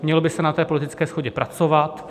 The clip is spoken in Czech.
Mělo by se na politické shodě pracovat.